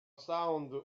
sound